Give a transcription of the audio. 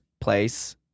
place